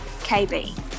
KB